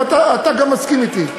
בזה גם אתה מסכים אתי.